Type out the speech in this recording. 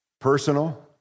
personal